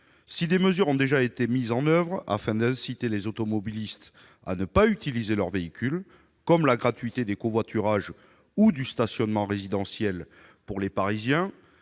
Si des mesures ont déjà été mises en place afin d'inciter les automobilistes à ne pas utiliser leur véhicule, comme la gratuité des covoiturages ou du stationnement résidentiel pour les Parisiens,